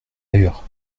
ailleurs